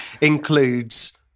includes